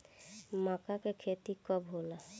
मक्का के खेती कब होला?